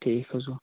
ٹھیٖک حظ گوٚو